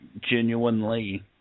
genuinely